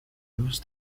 dos